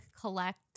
collect